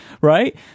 right